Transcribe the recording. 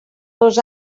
dos